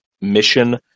mission